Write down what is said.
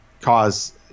cause